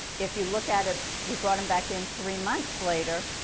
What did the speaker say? if you look at ah we brought them back in three months later,